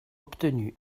obtenu